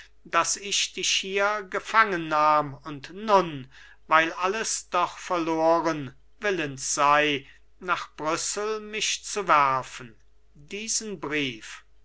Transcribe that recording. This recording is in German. daß ich dich hier gefangennahm und nun weil alles doch verloren willens sei nach brüssel mich zu werfen diesen brief